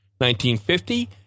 1950